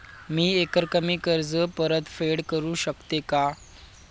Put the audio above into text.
मी एकरकमी कर्ज परतफेड करू शकते का?